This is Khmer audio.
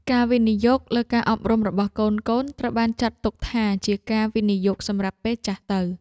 ការវិនិយោគលើការអប់រំរបស់កូនៗ ត្រូវបានចាត់ទុកថាជាការវិនិយោគសម្រាប់ពេលចាស់ទៅ។